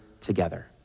together